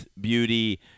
beauty